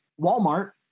Walmart